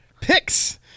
picks –